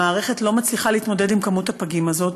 המערכת לא מצליחה להתמודד עם מספר הפגים הזה,